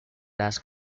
las